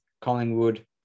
Collingwood